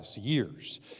years